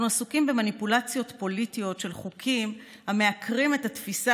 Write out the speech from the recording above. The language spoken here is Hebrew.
אנחנו עסוקים במניפולציות פוליטיות של חוקים המעקרים את התפיסה